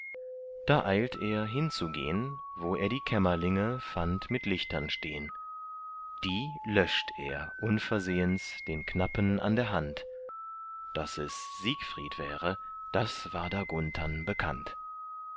da eilt er hinzugehn wo er die kämmerlinge fand mit lichtern stehn die löscht er unversehens den knappen an der hand daß es siegfried wäre das war da gunthern bekannt